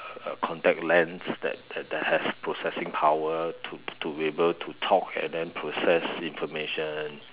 uh contact lens that that has processing power to to be able to talk and then process information